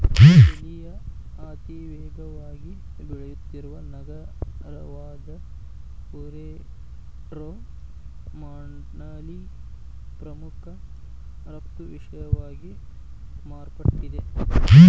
ಚಿಲಿಯ ಅತಿವೇಗವಾಗಿ ಬೆಳೆಯುತ್ತಿರುವ ನಗರವಾದಪುಯೆರ್ಟೊ ಮಾಂಟ್ನಲ್ಲಿ ಪ್ರಮುಖ ರಫ್ತು ವಿಷಯವಾಗಿ ಮಾರ್ಪಟ್ಟಿದೆ